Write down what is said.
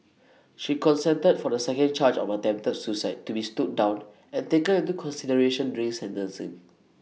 she consented for the second charge of attempted suicide to be stood down and taken into consideration during sentencing